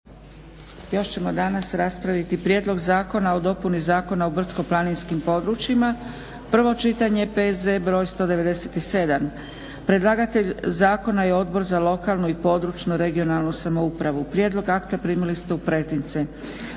još ćemo danas raspraviti - Prijedlog zakona o dopuni Zakona o brdsko-planinskim područjima, prvo čitanje, P.Z. br. 197 Predlagatelj: Odbor za lokalnu i područnu (regionalnu) samoupravu. Prijedlog akta primili ste u pretince.